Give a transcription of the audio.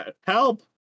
help